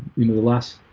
you know the last